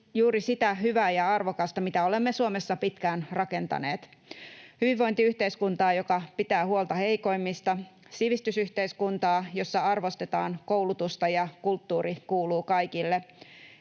juuri sitä hyvää ja arvokasta, mitä olemme Suomessa pitkään rakentaneet: hyvinvointiyhteiskuntaa, joka pitää huolta heikoimmista, sivistysyhteiskuntaa, jossa arvostetaan koulutusta ja kulttuuri kuuluu kaikille,